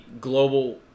global